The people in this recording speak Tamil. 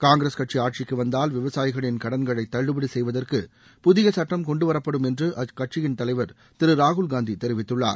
காங்கிரஸ் கட்சி ஆட்சிக்கு வந்தால் விவசாயிகளின் கடன்களை தள்ளுபடி செய்வதற்கு புதிய சுட்டம் கொண்டுவரப்படும் என்று அக்கட்சியின் தலைவர் திரு ராகுல் காந்தி தெரிவித்குள்ளார்